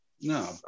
No